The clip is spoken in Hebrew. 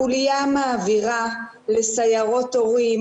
החוליה מעבירה לסיירות הורים